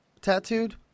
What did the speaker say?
tattooed